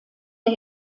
der